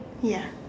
ya